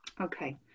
Okay